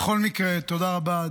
בכל מקרה, תודה רבה.